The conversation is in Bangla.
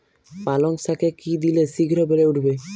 পালং শাকে কি দিলে শিঘ্র বেড়ে উঠবে?